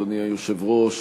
אדוני היושב-ראש,